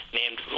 named